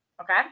okay